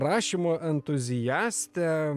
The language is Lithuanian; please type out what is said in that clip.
rašymo entuziastę